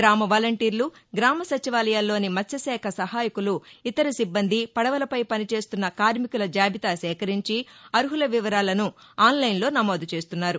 గ్రామ వలంటీర్లు గ్రామ సచివాలయాల్లోని మత్స్యశాఖ సహాయకులు ఇతర సిబ్బంది పదవలపై పనిచేస్తున్న కార్మికుల జాబితా సేకరించి అర్హుల విపరాలను ఆన్లైన్లో నమోదు చేస్తున్నారు